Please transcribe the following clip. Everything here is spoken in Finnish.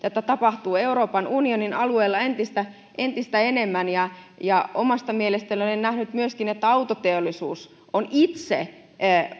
tätä tapahtuu euroopan unionin alueella entistä entistä enemmän ja ja omasta mielestäni olen nähnyt myöskin että autoteollisuus on itse